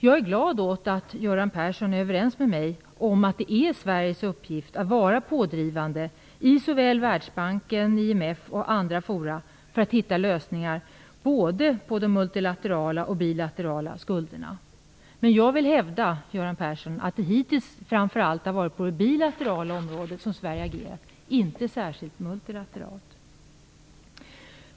Jag är glad att Göran Persson är överens med mig om att det är Sveriges uppgift att vara pådrivande i såväl Världsbanken och IMF som i andra forum för att hitta lösningar både på de multilaterala och på de bilaterala skulderna. Men jag vill hävda, Göran Persson, att det hittills framför allt har varit på det bilaterala området som Sverige har agerat, men inte särskilt på det multilaterala området.